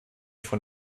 von